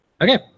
Okay